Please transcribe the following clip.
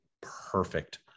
perfect